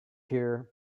here